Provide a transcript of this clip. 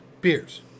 beers